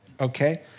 okay